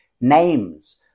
names